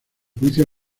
juicio